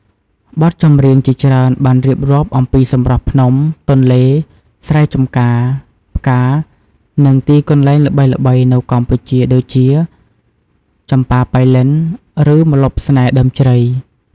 បទចម្រៀងជាច្រើនបានរៀបរាប់អំពីសម្រស់ភ្នំ ទន្លេ ស្រែចំការ ផ្កា និងទីកន្លែងល្បីៗនៅកម្ពុជា ដូចជា ចំប៉ាប៉ៃលិន ឬ ម្លប់ស្នេហ៍ដើមជ្រៃ។